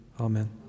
Amen